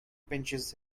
pinches